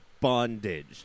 bondage